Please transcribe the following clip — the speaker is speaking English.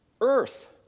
earth